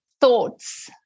thoughts